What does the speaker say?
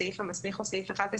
הסעיף המסמיך הוא סעיף 11,